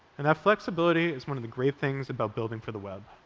and that flexibility is one of the great things about building for the web.